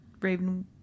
raven